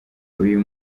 uyu